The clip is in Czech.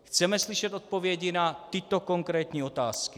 Chceme slyšet odpovědi na tyto konkrétní otázky: